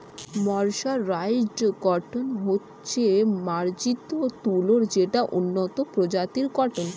mercerised cotton হচ্ছে মার্জিত তুলো যেটা উন্নত প্রজাতির কটন